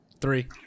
Three